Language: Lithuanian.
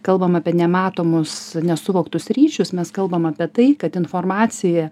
kalbam apie nematomus nesuvoktus ryšius mes kalbam apie tai kad informacija